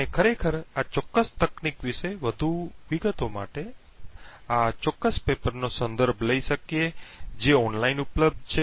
આપણે ખરેખર આ ચોક્કસ તકનીક વિશે વધુ વિગતો માટે આ ચોક્કસ પેપર નો સંદર્ભ લઈ શકીએ છીએ જે ઓનલાઇન ઉપલબ્ધ છે